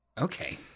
Okay